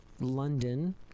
London